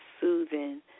soothing